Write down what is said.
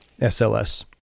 SLS